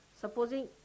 Supposing